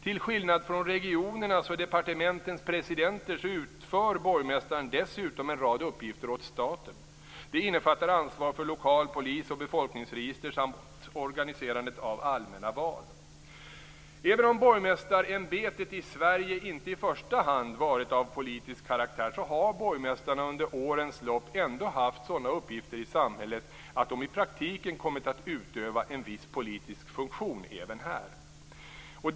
Till skillnad från regionernas och departementens presidenter utför borgmästaren dessutom en rad uppgifter åt staten. Det innefattar ansvar för lokal polis och befolkningsregister samt organiserandet av allmänna val. Även om borgmästarämbetet i Sverige inte i första hand varit av politisk karaktär har borgmästarna under årens lopp ändå haft sådana uppgifter i samhället att de i praktiken kommit att utöva en viss politisk funktion även här.